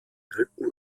rücken